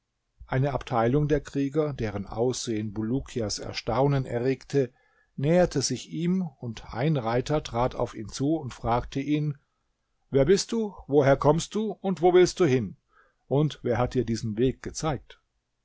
eine abteilung der krieger deren aussehen bulukias erstaunen erregte näherte sich ihm und ein reiter trat auf ihn zu und fragte ihn wer bist du woher kommst du wo willst du hin und wer hat dir diesen weg gezeigt